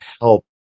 help